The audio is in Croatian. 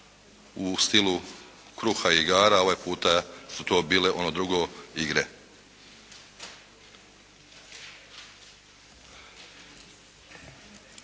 u stilu kruha i igara, ovaj puta su to bile ono drugo, igre.